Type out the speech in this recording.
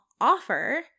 offer